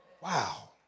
Wow